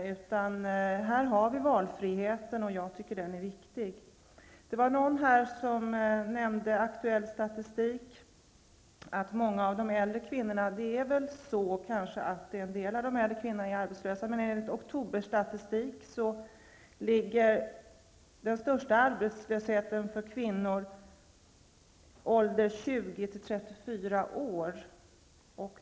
Nu har vi infört en ordning med valfrihet, och den tycker jag är viktig. Någon här nämnde aktuell statistik och sade att många äldre kvinnor är arbetslösa. Men enligt oktoberstatistiken ligger den största arbetslösheten hos kvinnor i åldrarna 20--34 år.